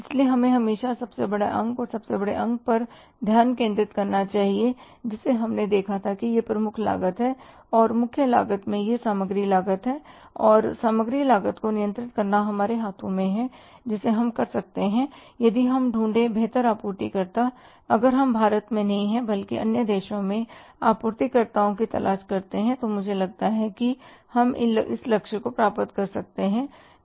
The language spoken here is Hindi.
इसलिए हमें हमेशा सबसे बड़ा अंग और सबसे बड़े अंग पर ध्यान केंद्रित करना चाहिए जिसे हमने देखा था कि यह प्रमुख लागत है और मुख्य लागत में यह सामग्री लागत है और सामग्री लागत को नियंत्रित करना हमारे हाथों में है जिसे हम कर सकते हैं यदि हम ढूंढे बेहतर आपूर्ति कर्ता अगर हम भारत में नहीं बल्कि अन्य देशों में आपूर्तिकर्ताओं की तलाश करते हैं तो मुझे लगता है कि हम इस लक्ष्य को प्राप्त कर सकते हैं